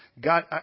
God